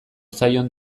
zaion